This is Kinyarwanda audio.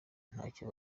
ntacyo